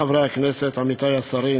חברי חברי הכנסת, עמיתי השרים,